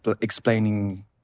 explaining